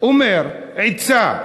אומר עצה,